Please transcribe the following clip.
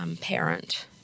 parent